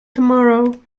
tomorrow